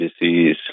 disease